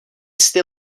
sty